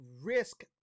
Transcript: risk